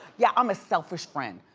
yeah, i'm a selfish friend.